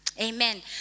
Amen